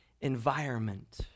environment